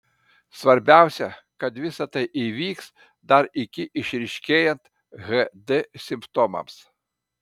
svarbiausia kad visa tai įvyks dar iki išryškėjant hd simptomams